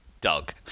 Doug